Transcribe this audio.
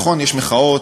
נכון, יש מחאות,